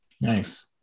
Nice